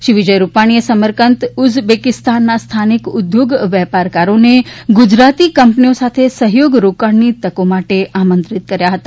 શ્રી વિજય રૂપાણીએ સમરકંદ ઉઝબેકિસ્તાનના સ્થાનિક ઉદ્યોગ વેપારકારોને ગુજરાતી કંપનીઓ સાથે સહયોગ રોકાણની તકો માટે આમંત્રિત કર્યા હતા